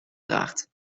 draagt